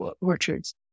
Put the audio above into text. orchards